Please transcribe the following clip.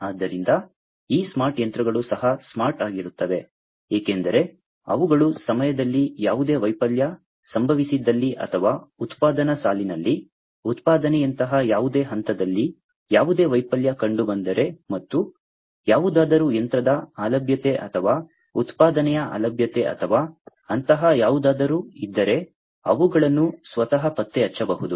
ಆದ್ದರಿಂದ ಈ ಸ್ಮಾರ್ಟ್ ಯಂತ್ರಗಳು ಸಹ ಸ್ಮಾರ್ಟ್ ಆಗಿರುತ್ತವೆ ಏಕೆಂದರೆ ಅವುಗಳು ಸಮಯದಲ್ಲಿ ಯಾವುದೇ ವೈಫಲ್ಯ ಸಂಭವಿಸಿದಲ್ಲಿ ಅಥವಾ ಉತ್ಪಾದನಾ ಸಾಲಿನಲ್ಲಿ ಉತ್ಪಾದನೆಯಂತಹ ಯಾವುದೇ ಹಂತದಲ್ಲಿ ಯಾವುದೇ ವೈಫಲ್ಯ ಕಂಡುಬಂದರೆ ಮತ್ತು ಯಾವುದಾದರೂ ಯಂತ್ರದ ಅಲಭ್ಯತೆ ಅಥವಾ ಉತ್ಪಾದನೆಯ ಅಲಭ್ಯತೆ ಅಥವಾ ಅಂತಹ ಯಾವುದಾದರೂ ಇದ್ದರೆ ಅವುಗಳನ್ನು ಸ್ವತಃ ಪತ್ತೆಹಚ್ಚಬಹುದು